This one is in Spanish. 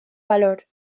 valor